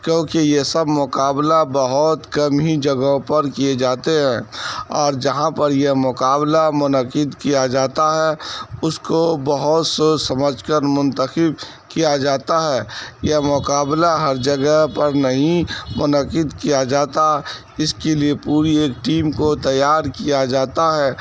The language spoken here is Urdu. کیوںکہ یہ سب مقابلہ بہت کم ہی جگہوں پر کیے جاتے ہیں اور جہاں پر یہ مقابلہ منعقد کیا جاتا ہے اس کو بہت سوچ سمجھ کر منتخب کیا جاتا ہے یہ مقابلہ ہر جگہ پر نہیں منعقد کیا جاتا اس کے لیے پوری ایک ٹیم کو تیار کیا جاتا ہے